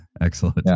Excellent